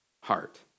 heart